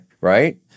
right